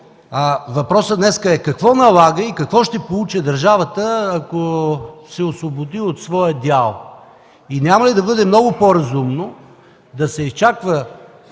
Въпросът днес е: какво налага и какво ще получи държавата, ако се освободи от своя дял? Няма ли да бъде много по-разумно да се изчаква